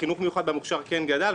החינוך המיוחד במוכש"ר כן גדל,